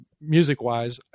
music-wise